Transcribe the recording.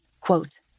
quote